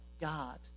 God